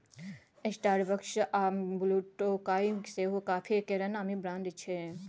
Starbucks आ ब्लुटोकाइ सेहो coffee केर नामी ब्रांड छै